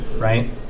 right